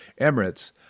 Emirates